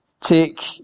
take